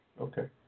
Okay